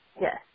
yes